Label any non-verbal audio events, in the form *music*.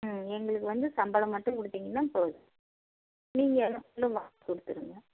ம் எங்களுக்கு வந்து சம்பளம் மட்டும் கொடுத்தீங்கன்னா போதும் நீங்கள் *unintelligible* கொடுத்துருங்க